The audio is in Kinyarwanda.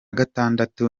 gatandatu